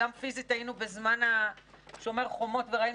גם פיזית היינו בזמן שומר חומות וראינו